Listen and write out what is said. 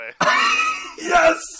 yes